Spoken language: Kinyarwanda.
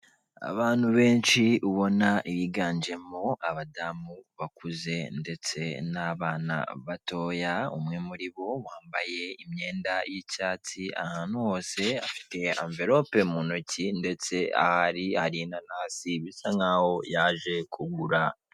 Abantu benshi ubona yiganjemo abadamu bakuze ndetse n'abana batoya, umwe muri bo wambaye imyenda y'icyatsi ahantu hose afite emvelope mu ntoki ndetse aha hari inanasi bisa nkaho yaje kugura.